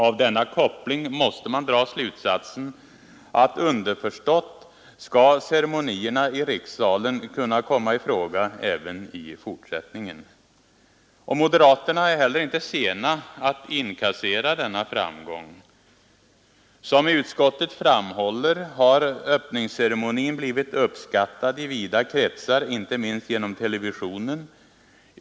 Av denna koppling måste man dra slutsatsen att underförstått skall ceremonierna i rikssalen kunna komma i fråga även i fortsättningen. Moderaterna är heller inte sena att inkassera denna framgång. ”Som utskottet framhåller, har öppningsceremonin blivit uppskattad i vida kretsar, inte minst genom televisionen.